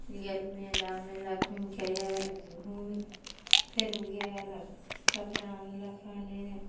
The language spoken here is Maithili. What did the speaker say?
गेल मेलामे मेला घुमिके आएल घुमि फेर गेल कपड़ा आनलक हेने